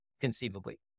conceivably